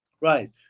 Right